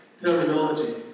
terminology